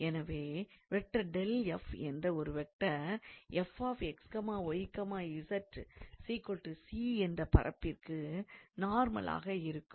எனவே 𝑓 என்ற ஒரு வெக்டார் 𝑓𝑥𝑦𝑧 𝑐 என்ற பரப்பிற்கு நார்மலாக இருக்கும்